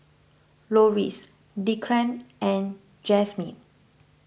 Loris Declan and Jazmine